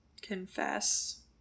confess